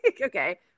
okay